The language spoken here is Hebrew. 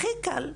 הכי קל.